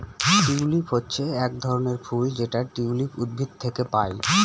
tulip হচ্ছে এক ধরনের ফুল যেটা টিউলিপ উদ্ভিদ থেকে পায়